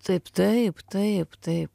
taip taip taip taip